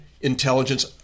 intelligence